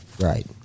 Right